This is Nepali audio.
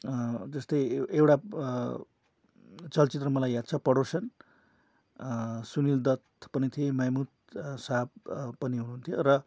जस्तै एउटा चलचित्र मलाई याद छ पडोसन सुनिल दत्त पनि थिए मेहमुद साहब पनि हुनुहुन्थ्यो र